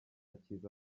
kiza